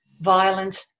violent